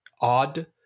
odd